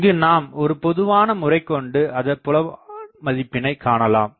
இங்கு நாம் ஒரு பொதுவான முறைக்கொண்டு அதன் புலமதிப்புகளை காணலாம்